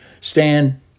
Stand